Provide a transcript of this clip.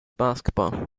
basketball